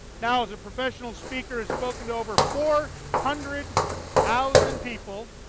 now as a professional speaker has spoken to over four hundred thousand people,